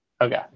Okay